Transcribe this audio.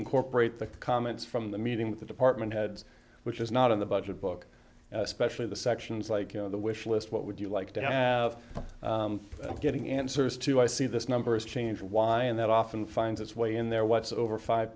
incorporate the comments from the meeting with the department heads which is not in the budget book especially the sections like you know the wish list what would you like to have getting answers to i see this number is change why and that often finds its way in there what's over five